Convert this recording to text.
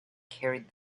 carried